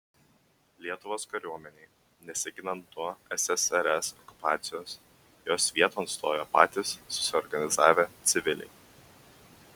lietuvos kariuomenei nesiginant nuo ssrs okupacijos jos vieton stojo patys susiorganizavę civiliai